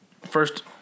first